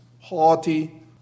haughty